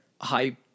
High